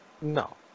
No